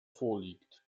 vorliegt